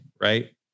Right